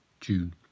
June